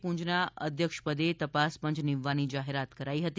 પૂંજના અધ્યક્ષપદે તપાસ પંય નીમવાની જાહેરાત કરાઇ હતી